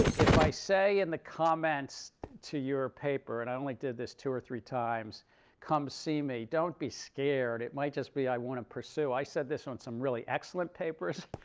if i say in the comments to your paper and i only did this two or three times come see me, don't be scared. it might just be i want to pursue. i said this on some really excellent papers,